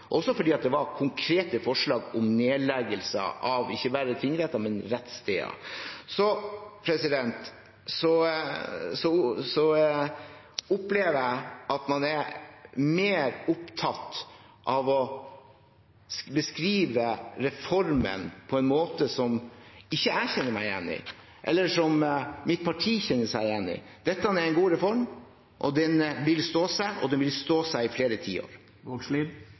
også fordi det var konkrete forslag om nedleggelse av ikke bare tingretter, men av rettssteder. Så opplever jeg at man er opptatt av å beskrive reformen på en måte som jeg ikke kjenner meg igjen i, eller som mitt parti ikke kjenner seg igjen i. Dette er en god reform, den vil stå seg, og den vil stå seg i flere